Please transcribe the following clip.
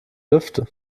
lüfte